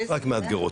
רק מאתגרות.